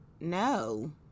no